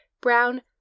brown